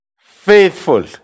faithful